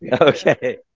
Okay